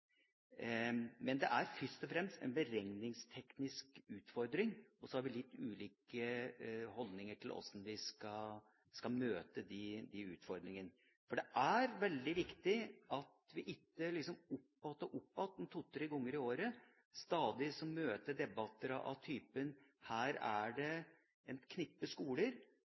Det er først og fremst en beregningsteknisk utfordring, og så har vi litt ulike holdninger til hvordan vi skal møte den utfordringen. Det er veldig viktig at vi ikke om igjen og om igjen, to–tre ganger i året, møter debatter av typen: Her er det et knippe skoler